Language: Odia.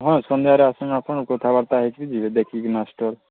ହଁ ସନ୍ଧ୍ୟାରେ ଆସନ୍ତୁ ଆପଣ କଥାବାର୍ତ୍ତା ହେଇକି ଯିବେ ଦେଖିକି ନା ଷ୍ଟଲ୍